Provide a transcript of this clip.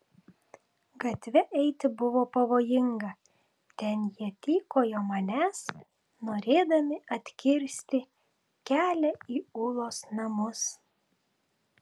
gatve eiti buvo pavojinga ten jie tykojo manęs norėdami atkirsti kelią į ulos namus